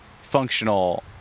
functional